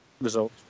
result